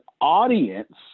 audience